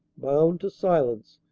bound to silence,